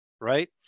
Right